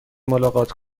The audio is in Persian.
ملاقات